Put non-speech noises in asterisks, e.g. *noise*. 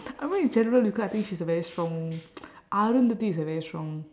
I mean in general because I think she's a very strong *noise* arundhati is a very strong